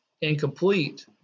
incomplete